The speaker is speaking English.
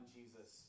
Jesus